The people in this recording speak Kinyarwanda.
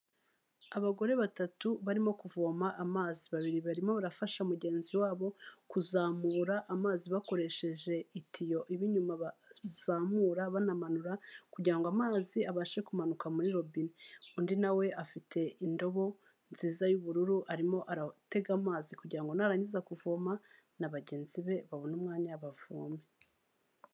Abagore batatu, barimo kuvoma amazi, babiri barimo barafasha mugenzi wabo, kuzamura amazi bakoresheje itiyo iba inyuma bazamura banamanura, kugirango amazi abashe kumanuka muri robine, undi na afite indobo, nziza y'ubururu, arimo aratega amazi kugira ngo narangiza kuvoma, na bagenzi be babone umwanya bavome.